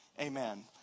amen